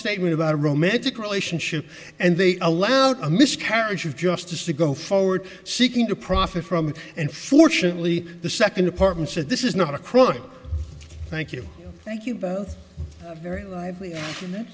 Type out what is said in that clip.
statement about a romantic relationship and they allowed a miscarriage of justice to go forward seeking to profit from and fortunately the second department said this is not a crime thank you thank you very lively